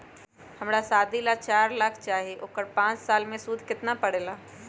हमरा शादी ला चार लाख चाहि उकर पाँच साल मे सूद कितना परेला?